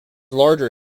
larger